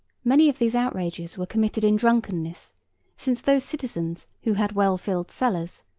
many of these outrages were committed in drunkenness since those citizens, who had well-filled cellars,